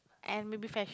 and maybe fash~